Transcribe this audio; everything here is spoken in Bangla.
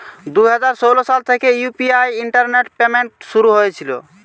দুই হাজার ষোলো সাল থেকে ইউ.পি.আই ইন্টারনেট পেমেন্ট শুরু হয়েছিল